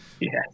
Yes